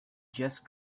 just